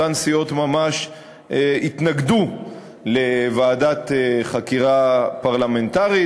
אותן סיעות ממש התנגדו לוועדת חקירה פרלמנטרית,